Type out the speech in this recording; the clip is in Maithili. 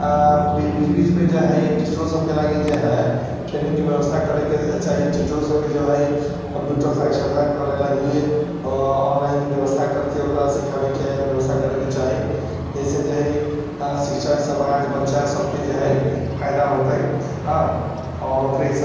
बीच बीचमे जे हइ टीचरोके लागी जे हइ ट्रेनिङ्गके बेबस्था करैके चाही टीचरोके जे हइ कम्प्यूटर साक्षरता करै लागी ऑनलाइन बेबस्था करितिए ओकरा सिखाबैके बेबस्था करैके चाही जाहिसँ जे हइ शिक्षक समाज बच्चा सबके जे हइ फाइदा हौते हँ आओर ओकरे हिसाब